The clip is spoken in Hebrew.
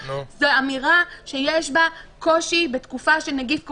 זו אמירה שיש בה קושי בתקופה של נגיף קורונה.